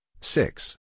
six